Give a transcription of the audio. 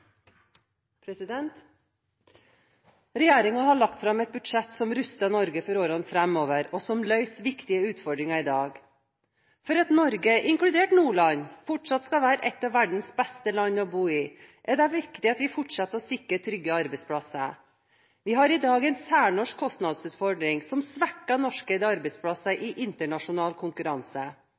Regjeringen har lagt fram et budsjett som ruster Norge for årene framover, og som løser viktige utfordringer i dag. For at Norge inkludert Nordland fortsatt skal være et av verdens beste land å bo i, er det viktig at vi fortsetter å sikre trygge arbeidsplasser. Vi har i dag en særnorsk kostnadsutfordring som svekker norskeide arbeidsplasser i internasjonal konkurranse.